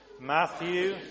Matthew